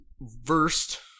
versed